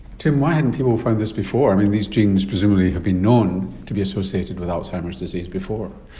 tim, why hadn't people found this before? i mean, these genes presumably have been known to be associated with alzheimer's disease before.